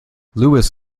lewis